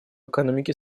экономике